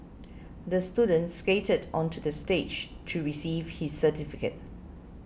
the student skated onto the stage to receive his certificate